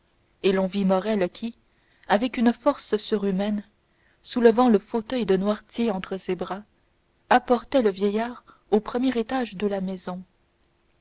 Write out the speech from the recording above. et l'on vit morrel qui avec une force surhumaine soulevant le fauteuil de noirtier entre ses bras apportait le vieillard au premier étage de la maison